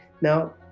Now